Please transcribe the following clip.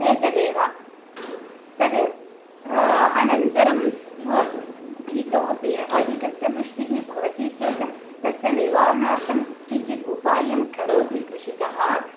एतदेव तत् अनन्तरं इतोपि अधिकस्य वृष्टिः भवति चेत् तस्य निवारणार्थं किञ्चित् उपायं करोति कृषिकः